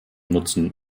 nutzen